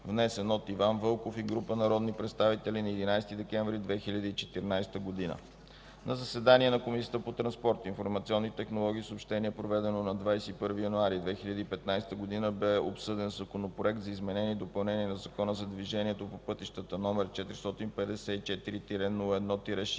внесен от Иван Вълков и група народни представители на 11 декември 2014 г. На заседание на Комисията по транспорт, информационни технологии и съобщения, проведено на 21 януари 2015 г., бе обсъден Законопроект за изменение и допълнение на Закона за движението по пътищата, № 454-01-62,